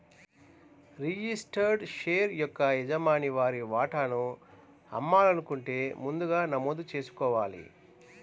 registered share యొక్క యజమాని వారి వాటాను అమ్మాలనుకుంటే ముందుగా నమోదు చేసుకోవాలి